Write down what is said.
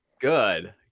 good